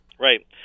right